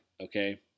okay